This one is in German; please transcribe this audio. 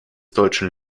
deutschen